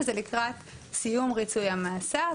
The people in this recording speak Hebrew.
שזה לקראת סיום ריצוי המאסר.